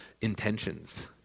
intentions